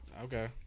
Okay